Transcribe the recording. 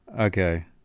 Okay